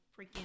freaking